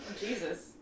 Jesus